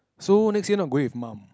so next year not going with mum